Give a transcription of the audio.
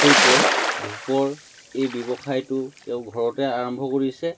সৈতে ধূপৰ এই ব্যৱসায়টো তেওঁ ঘৰতে আৰম্ভ কৰিছে